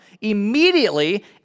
immediately